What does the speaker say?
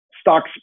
stocks